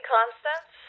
Constance